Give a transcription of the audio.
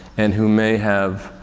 and who may have,